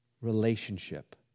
Relationship